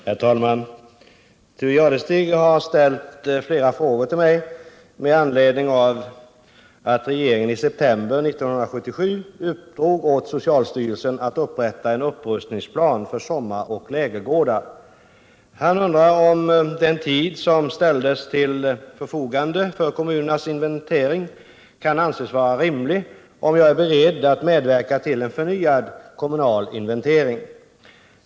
Herr talman! Thure Jadestig har ställt flera frågor till mig med anledning av att regeringen i september 1977 uppdrog åt socialstyrelsen att upprätta en upprustningsplan för sommaroch lägergårdar. Han undrar om den tid som ställdes till förfogande för kommunernas inventering kan anses vara rimlig och om jag är beredd att medverka till en förnyad kommunal inventering.